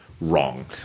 wrong